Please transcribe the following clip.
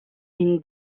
une